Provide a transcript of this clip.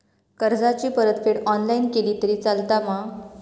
कर्जाची परतफेड ऑनलाइन केली तरी चलता मा?